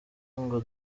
ngo